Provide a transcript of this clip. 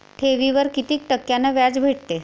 ठेवीवर कितीक टक्क्यान व्याज भेटते?